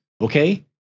Okay